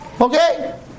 Okay